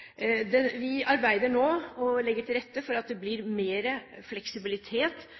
Vi arbeider nå med å legge til rette for at det blir mer fleksibilitet,